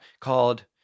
called